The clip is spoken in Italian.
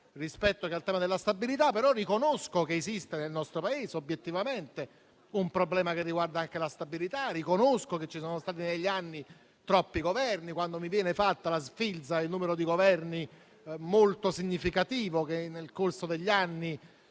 più che al tema della stabilità, riconosco che esiste nel nostro Paese obiettivamente un problema che riguarda anche la stabilità. Riconosco che ci sono stati negli anni troppi Governi e quando viene snocciolato il numero molto significativo di Governi che nel corso degli anni